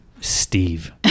Steve